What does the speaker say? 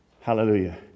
Hallelujah